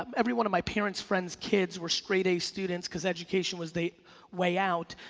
um every one of my parent's friend's kids were straight a students cause education was the way out.